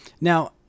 Now